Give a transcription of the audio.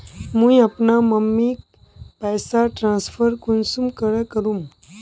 मुई अपना मम्मीक पैसा ट्रांसफर कुंसम करे करूम?